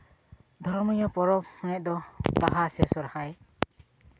ᱫᱷᱚᱨᱚᱢᱤᱭᱟᱹ ᱯᱚᱨᱚᱵᱽ ᱥᱚᱢᱚᱭ ᱫᱚ ᱵᱟᱦᱟ ᱥᱮ ᱥᱚᱨᱦᱟᱭ